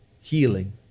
healing